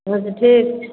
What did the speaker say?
अच्छा ठीक छै